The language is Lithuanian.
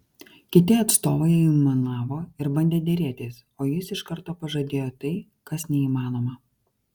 kiti atstovai aimanavo ir bandė derėtis o jis iš karto pažadėjo tai kas neįmanoma